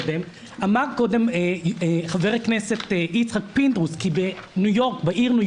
אמר קודם חבר הכנסת יצחק פינדרוס שבעיר ניו